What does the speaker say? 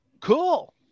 cool